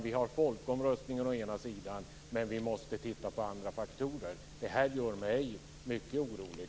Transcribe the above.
Vi har folkomröstningen å ena sidan men vi måste å andra sidan också titta på andra faktorer. Det här gör mig mycket orolig.